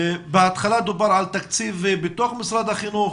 בהתחלה דובר על תקציב בתוך משרד החינוך,